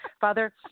Father